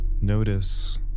Notice